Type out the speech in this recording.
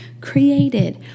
created